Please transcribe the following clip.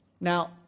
Now